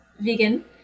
vegan